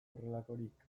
horrelakorik